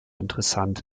interessant